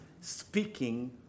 speaking